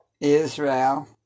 Israel